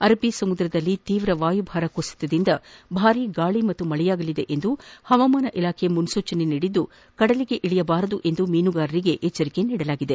ಅರಬ್ಬ ಸಮುದ್ರದಲ್ಲಿ ತೀವ್ರ ವಾಯುಭಾರ ಕುಸಿತದಿಂದ ಭಾರೀ ಗಾಳಿ ಮತ್ತು ಮಳೆಯಾಗಲಿದೆ ಎಂದು ಹವಾಮಾನ ಇಲಾಖೆ ಮುನ್ನೂಚನೆ ನೀಡಿದ್ದು ಕಡಲಿಗೆ ಇಳಿಯಬಾರದು ಎಂದು ಮೀನುಗಾರರಿಗೆ ಎಚ್ದರಿಕೆ ನೀಡಲಾಗಿದೆ